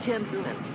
Gentlemen